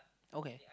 okay